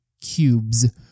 cubes